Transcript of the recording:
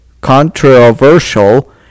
Controversial